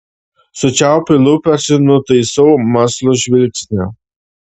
sučiaupiu lūpas ir nutaisau mąslų žvilgsnį